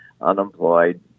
unemployed